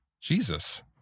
Jesus